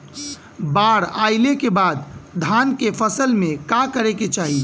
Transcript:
बाढ़ आइले के बाद धान के फसल में का करे के चाही?